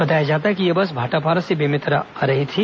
बताया जाता है कि यह बस भाटापारा से बेमेतरा आ रही थी